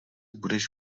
budeš